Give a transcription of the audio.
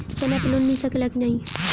सोना पे लोन मिल सकेला की नाहीं?